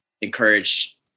encourage